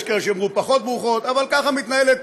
יש כאלה שיאמרו פחות ברוכות, אבל ככה מתנהלת